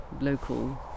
local